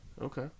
Okay